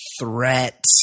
threat